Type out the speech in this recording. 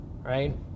right